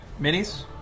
minis